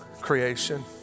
creation